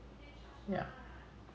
yeah